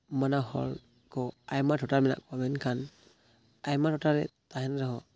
ᱢᱟᱱᱟᱣᱦᱚᱲ ᱠᱚ ᱟᱭᱢᱟ ᱴᱚᱴᱷᱟ ᱨᱮ ᱢᱮᱱᱟᱜ ᱠᱚᱣᱟ ᱢᱮᱱᱠᱷᱟᱱ ᱟᱭᱢᱟ ᱴᱚᱴᱷᱟᱨᱮ ᱛᱟᱦᱮᱱ ᱨᱮᱦᱚᱸ